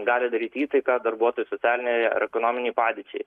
gali daryti įtaką darbuotojų socialinei ar ekonominei padėčiai